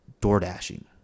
door-dashing